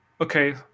Okay